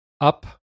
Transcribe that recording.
up